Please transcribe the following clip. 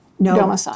No